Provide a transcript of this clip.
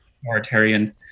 authoritarian